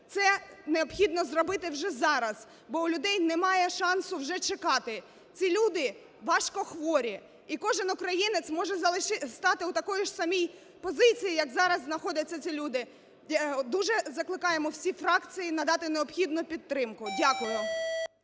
Це необхідно зробити вже зараз, бо у людей немає шансу вже чекати. Ці люди важкохворі, і кожен українець може стати у такій самій позиції, як зараз знаходяться ці люди. Дуже закликаємо всі фракції надати необхідну підтримку. Дякую.